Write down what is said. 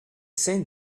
same